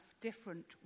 different